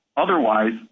Otherwise